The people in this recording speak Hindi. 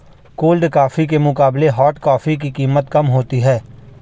कोल्ड कॉफी के मुकाबले हॉट कॉफी की कीमत कम होती है